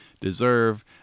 deserve